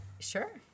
Sure